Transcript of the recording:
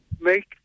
make